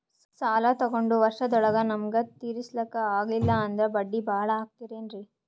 ಸಾಲ ತೊಗೊಂಡು ವರ್ಷದೋಳಗ ನಮಗೆ ತೀರಿಸ್ಲಿಕಾ ಆಗಿಲ್ಲಾ ಅಂದ್ರ ಬಡ್ಡಿ ಬಹಳಾ ಆಗತಿರೆನ್ರಿ?